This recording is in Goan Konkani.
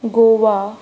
गोवा